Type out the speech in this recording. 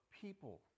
people